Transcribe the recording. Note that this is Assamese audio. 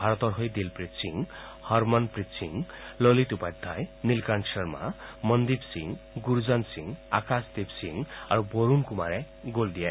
ভাৰতৰ হৈ দিলপ্ৰীত সিং হৰমণপ্ৰীত সিং ললিত উপাধ্যায় নীলকান্ত শৰ্মা মন্দীপ সিং গুৰ্জন্ত সিং আকাশদ্বীপ সিং আৰু বৰুণ কুমাৰে গল দিয়ে